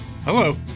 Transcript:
Hello